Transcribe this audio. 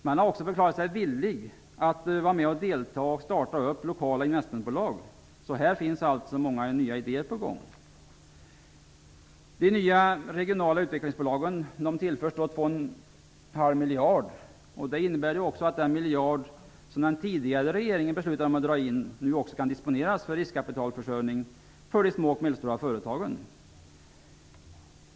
Atle har förklarat sig villig att starta och delta i lokala investmentbolag. Här finns många nya idéer på gång. miljarder. Det innebär att den miljard som den tidigare regeringen beslutade om att dra in nu också kan disponeras för riskkapitalförsörjning för de små och medelstora företagen.